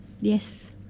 Yes